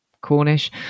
Cornish